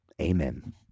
Amen